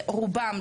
רובם,